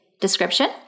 description